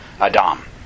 Adam